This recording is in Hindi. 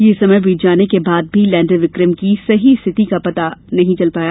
यह समय बीत जाने के बाद भी लैंडर विक्रम की सही स्थिति पता नहीं चल सकी